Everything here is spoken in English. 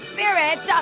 Spirit